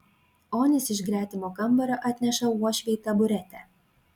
onis iš gretimo kambario atneša uošvei taburetę